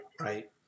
right